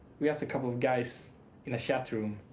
we're just a couple of guys in a chat room.